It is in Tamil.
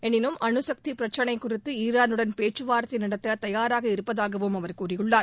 எனினும் அனுசக்தி பிரச்சினைக் குறித்து ஈரானுடன் பேச்சுவார்த்தை நடத்த தயாராக இருப்பதாகவும் அவர் கூறியுள்ளார்